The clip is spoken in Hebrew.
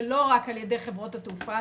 ולא רק על ידי חברות התעופה,